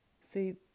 See